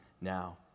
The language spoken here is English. now